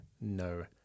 no